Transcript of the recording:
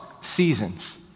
seasons